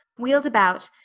wheeled about,